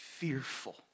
Fearful